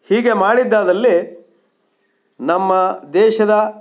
ಹೀಗೆ ಮಾಡಿದ್ದಾದಲ್ಲಿ ನಮ್ಮ ದೇಶದ